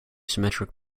symmetric